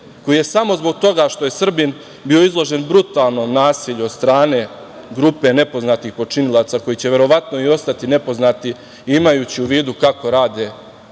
koji je samo zbog toga što je Srbin bio izložen brutalnom nasilju od strane grupe nepoznatih počinilaca koji će verovatno i ostati nepoznati imajući u vidu kako rade tzv.